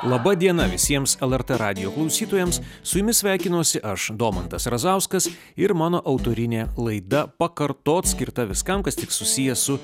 laba diena visiems lrt radijo klausytojams su jumis sveikinuosi aš domantas razauskas ir mano autorinė laida pakartot skirta viskam kas tik susiję su